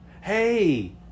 Hey